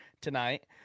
tonight